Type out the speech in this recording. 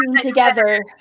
together